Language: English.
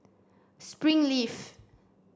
spring leaf